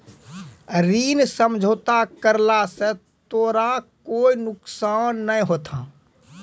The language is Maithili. ऋण समझौता करला स तोराह कोय नुकसान नाय होथा